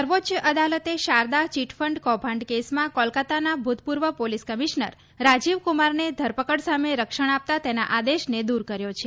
સર્વોચ્ચ અદાલતે શારદા ચીટફંડ કૌભાંડ કેસમાં કોલાકાતાના ભૂતપૂર્વ પોલીસ કમિશનર રાજીવ કુમારને ધરપકડ સામે રક્ષણ આપતાં તેના આદેશને દૂર કર્યો છે